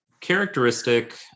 characteristic